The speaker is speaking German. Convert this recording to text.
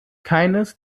keines